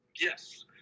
Yes